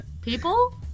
People